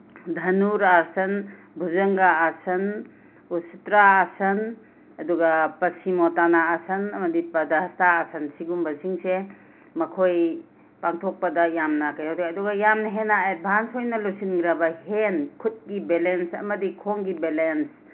ꯙꯅꯨꯔꯥꯁꯟ ꯚꯨꯖꯟꯒꯥꯑꯥꯁꯟ ꯎꯁꯤꯇ꯭ꯔꯥ ꯑꯥꯁꯟ ꯑꯗꯨꯒ ꯄꯟꯁꯤꯃꯣꯇꯥꯅꯥ ꯑꯥꯁꯟ ꯑꯃꯗꯤ ꯄ꯭ꯔꯙꯔꯁꯇꯥ ꯑꯥꯁꯟꯁꯤꯒꯨꯝꯕꯁꯤꯡꯁꯦ ꯃꯈꯣꯏ ꯄꯥꯡꯊꯣꯛꯄꯗ ꯌꯥꯝꯅ ꯀꯩꯅꯣ ꯇꯧꯋꯤ ꯑꯗꯨꯒ ꯌꯥꯝꯅ ꯍꯦꯟꯅ ꯑꯦꯗꯚꯥꯟꯁ ꯑꯣꯏꯅ ꯂꯣꯏꯁꯟꯈ꯭ꯔꯕ ꯍꯦꯟ ꯈꯨꯠꯀꯤ ꯕꯦꯂꯦꯟꯁ ꯑꯃꯗꯤ ꯈꯣꯡꯒꯤ ꯕꯦꯂꯦꯟꯁ